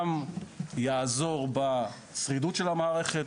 פתרון שגם יעזור בשרידות של המערכת